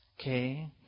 okay